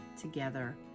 together